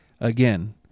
Again